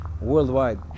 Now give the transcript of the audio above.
worldwide